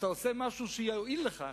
אתה עושה משהו שיועיל לך,